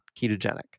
ketogenic